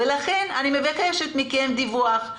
לכן אני מבקשת מכם דיווח.